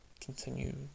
continue